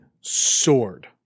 Sword